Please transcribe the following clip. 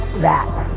that,